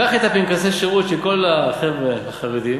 קח את פנקסי השירות של כל החבר'ה החרדים,